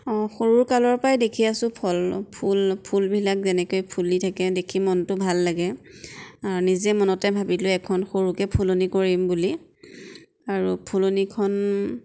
অঁ সৰুকালৰপৰাই দেখি আছো ফল ফুল ফুলবিলাক যেনেকৈ ফুলি থাকে দেখি মনটো ভাল লাগে আৰু নিজে মনতে ভাবিলোঁ এখন সৰুকৈ ফুলনি কৰিম বুলি আৰু ফুলনিখন